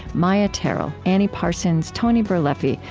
maia tarrell, annie parsons, tony birleffi,